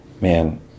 man